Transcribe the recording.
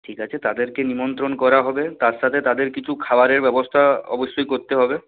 ঠিক আছে তাদেরকে নিমন্ত্রণ করা হবে তার সাথে তাদের কিছু খাবারের ব্যবস্থা অবশ্যই করতে হবে